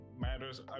matters